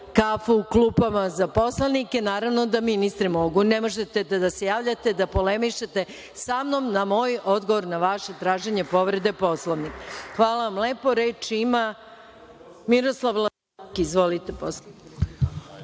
kafu u klupama za poslanike, naravno da ministri mogu. Ne možete da se javljate, da polemišete sa mnom, na moj odgovor na vaše traženje povrede Poslovnika. Hvala vam lepo. Reč ima narodni poslovnik